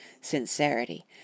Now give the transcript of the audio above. Sincerity